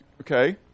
okay